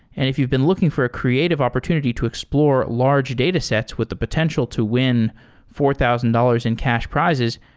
if you've been looking for a creative opportunity to explore large datasets with the potential to win four thousand dollars in cash prizes,